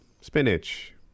Spinach